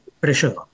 pressure